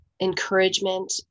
encouragement